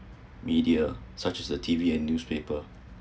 media such as T_V and newspaper